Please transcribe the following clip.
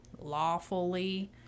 lawfully